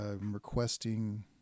requesting